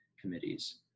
committees